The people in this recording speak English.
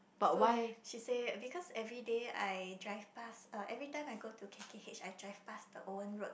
so she say because everyday I drive past uh every time I go to K_K_H I drive past the Owen-Road